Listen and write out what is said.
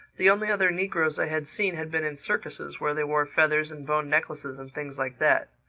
the only other negroes i had seen had been in circuses, where they wore feathers and bone necklaces and things like that.